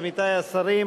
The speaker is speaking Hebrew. עמיתי השרים,